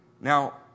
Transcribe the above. Now